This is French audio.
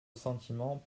sentiment